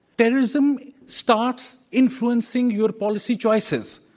terrorism starts influencing your policy choices.